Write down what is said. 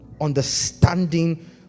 understanding